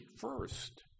first